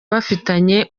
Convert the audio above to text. bafitanye